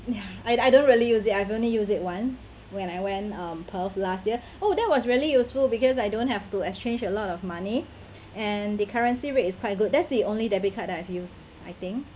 ya I I don't really use it I've only used it once when I went um perth last year oh that was really useful because I don't have to exchange a lot of money and the currency rate is quite good that's the only debit card that I've used I think